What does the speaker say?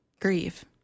grieve